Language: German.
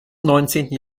neunzehnten